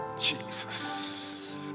Jesus